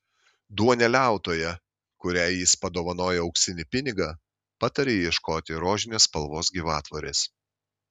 duoneliautoja kuriai jis padovanoja auksinį pinigą pataria ieškoti rožinės spalvos gyvatvorės